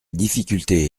difficulté